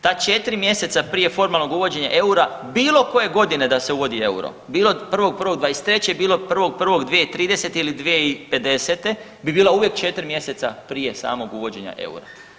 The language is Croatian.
Ta četiri mjeseca prije formalnog uvođenja eura bilo koje godine da se uvodi euro, bilo 1.1.'23. bilo 1.1.2030. ili 2050. bi bila uvijek četiri mjeseca prije samog uvođenja eura.